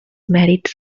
mèrits